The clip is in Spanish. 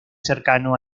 cercano